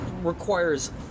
requires